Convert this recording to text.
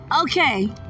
Okay